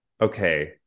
Okay